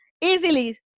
easily